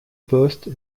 poste